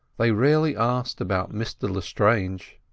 they rarely asked about mr lestrange